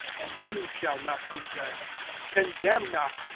and you shall not be judged condemn not,